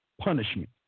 punishment